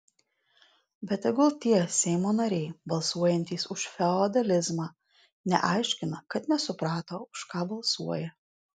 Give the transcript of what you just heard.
bet tegul tie seimo nariai balsuojantys už feodalizmą neaiškina kad nesuprato už ką balsuoja